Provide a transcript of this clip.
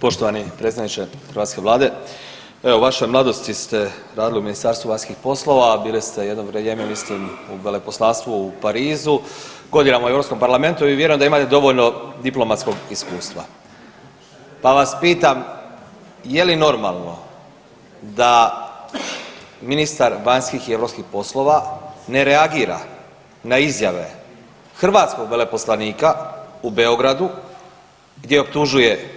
Poštovani predstavniče hrvatske vlade, evo u vašoj mladosti ste radili u Ministarstvu vanjskih poslova, bili ste jedno vrijeme mislim u veleposlanstvu u Parizu, godinama u Europskom parlamentu i vjerujem da imate dovoljno diplomatskog iskustva, pa vas pitam je li normalno da ministar vanjskih i europskih poslova ne reagira na izjave hrvatskog veleposlanika u Beogradu gdje optužuje